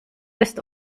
ist